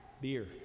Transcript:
beer